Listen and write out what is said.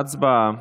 הצבעה.